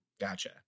Gotcha